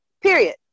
Period